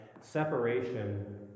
separation